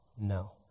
No